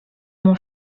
mon